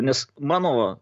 nes mano